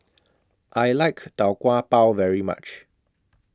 I like Tau Kwa Pau very much